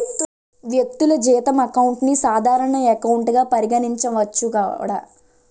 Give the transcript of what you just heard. వ్యక్తులు జీతం అకౌంట్ ని సాధారణ ఎకౌంట్ గా పరిగణించవచ్చు కూడా